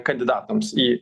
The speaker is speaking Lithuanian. kandidatams į